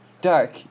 Dark